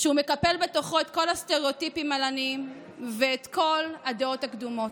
שכולל את כל הסטראוטיפים על עניים ואת כל הדעות הקדומות: